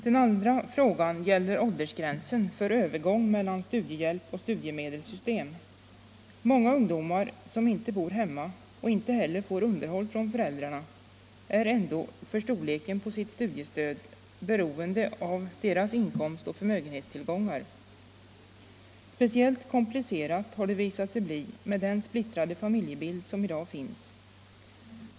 Den andra frågan gäller åldersgränsen för övergång mellan studiehjälpen och studiemedelssystemet. Många ungdomar som inte bor hemma och inte heller får underhåll från föräldrarna är ändå för storleken på sitt studiestöd beroende av deras inkomst och förmögenhetstillgångar. Speciellt komplicerat har det visat sig bli med den splittrade familjebild som i dag finns.